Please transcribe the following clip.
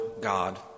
god